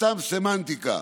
סתם סמנטיקה.